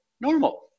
normal